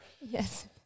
Yes